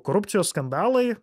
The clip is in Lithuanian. korupcijos skandalai